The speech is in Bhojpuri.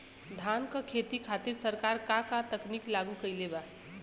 धान क खेती खातिर सरकार का का तकनीक लागू कईले बा?